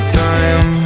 time